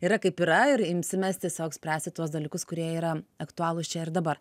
yra kaip yra ir imsimės tiesiog spręsti tuos dalykus kurie yra aktualūs čia ir dabar